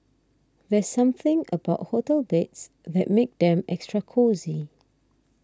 there's something about hotel beds that makes them extra cosy